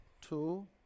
two